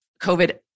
COVID